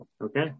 Okay